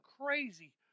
crazy